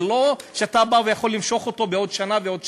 זה לא שאתה יכול למשוך אותו בעוד שנה ועוד שנתיים,